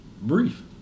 Brief